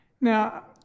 Now